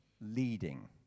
leading